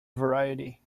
variety